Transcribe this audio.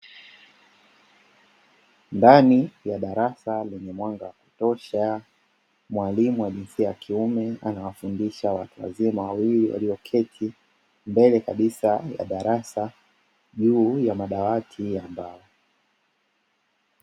Ndani ya darasa lenye mwanga wa kutosha, mwalimu wa jinsia ya kiume anawafundisha watu wazima wawili walioketi mbele kabisa ya darasa, juu ya madawati ya mbao.